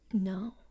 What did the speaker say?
no